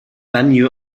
venue